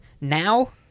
Now